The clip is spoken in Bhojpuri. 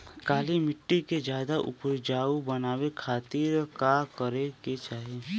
काली माटी के ज्यादा उपजाऊ बनावे खातिर का करे के चाही?